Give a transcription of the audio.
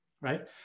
Right